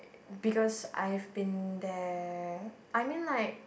because I've been there I mean like